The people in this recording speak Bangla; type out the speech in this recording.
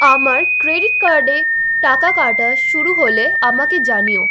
আমার ক্রেডিট কার্ডে টাকা কাটা শুরু হলে আমাকে জানিও